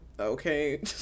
Okay